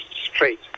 straight